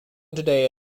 today